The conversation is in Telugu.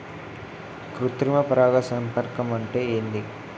కృత్రిమ పరాగ సంపర్కం అంటే ఏంది?